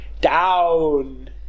down